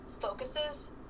focuses